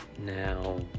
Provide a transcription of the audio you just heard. Now